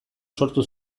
sortu